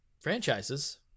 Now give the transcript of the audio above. franchises